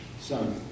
Son